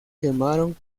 quemaron